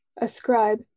ascribe